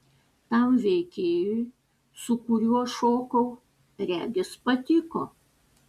tam veikėjui su kuriuo šokau regis patiko